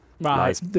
Right